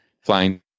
flying